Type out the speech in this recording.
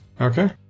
Okay